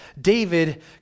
David